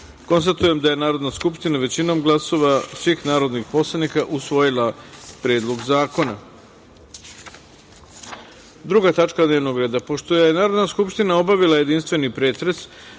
troje. Konstatujem da je Narodna skupština većinom glasova svih narodnih poslanika usvojila Predlog zakona. Druga tačka dnevnog reda, pošto je Narodna skupština obavila jedinstveni pretres,